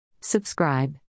Subscribe